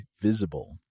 Visible